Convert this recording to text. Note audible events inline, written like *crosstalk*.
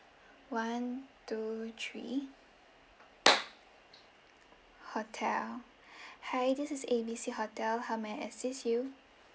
one two three *noise* hotel hi this is A B C hotel how may I assist you